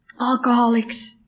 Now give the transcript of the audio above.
alcoholics